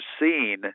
seen